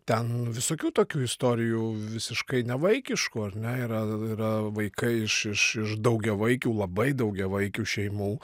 ten visokių tokių istorijų visiškai ne vaikiškų ar ne yra yra vaikai iš iš daugiavaikių labai daugiavaikių šeimų